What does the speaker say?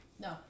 No